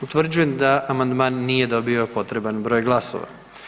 Utvrđujem da amandman nije dobio potreban broj glasova.